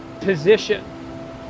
position